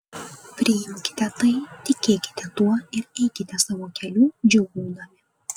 priimkite tai tikėkite tuo ir eikite savo keliu džiūgaudami